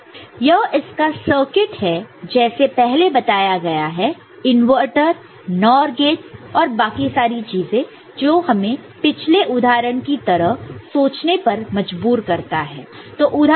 यह इसका सर्किट है जैसे पहले बताया गया है इन्वर्टर NOR गेटस और बाकी सारी चीजें जो हमें पिछले उदाहरण की तरह सोचने पर मजबूर करता है